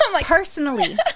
personally